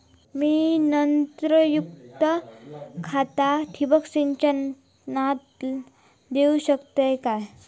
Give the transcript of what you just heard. मी नत्रयुक्त खता ठिबक सिंचनातना देऊ शकतय काय?